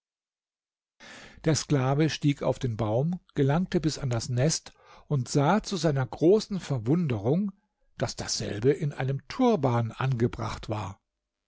der sklave stieg auf den baum gelangte bis an das nest und sah zu seiner großen verwunderung daß dasselbe in einem turban angebracht war